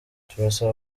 turasaba